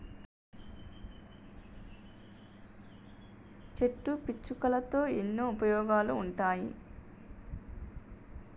చెట్ల పీచులతో ఎన్నో ఉపయోగాలు ఉంటాయి